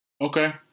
Okay